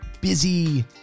busy